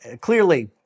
clearly